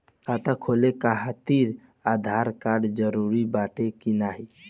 खाता खोले काहतिर आधार कार्ड जरूरी बाटे कि नाहीं?